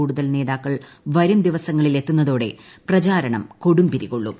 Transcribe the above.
കൂടുതൽ നേതാക്കിൾ വരും ദിവസങ്ങളിൽ എത്തുന്നതോടെ പ്രചാരണം കൊടുമ്പിരിക്കൊള്ളും